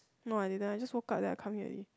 no I didn't I just woke up then I come here already